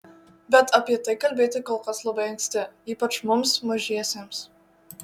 bet apie tai kalbėti kol kas labai anksti ypač mums mažiesiems